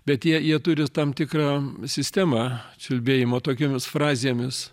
bet jie jie turi tam tikrą sistemą čiulbėjimo tokiomis frazėmis